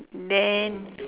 then